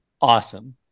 Awesome